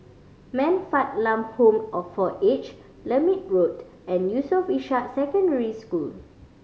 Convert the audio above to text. Man Fatt Lam Home all for Aged Lermit Road and Yusof Ishak Secondary School